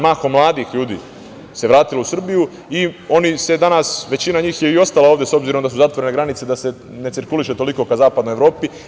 Mahom mladih ljudi se vratilo u Srbiju i oni većina njih je i ostala ovde s obzirom da su granice zatvorene, da se ne cirkuliše toliko ka Zapadnoj Evropi.